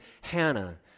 Hannah